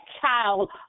child